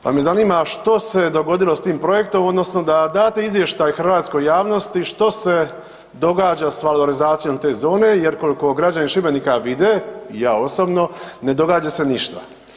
Pa me zanima što se dogodilo s tim projektom odnosno da date izvještaj hrvatskoj javnosti što se događa s valorizacijom te zone jer koliko građani Šibenika vide i ja osobno ne događa se ništa.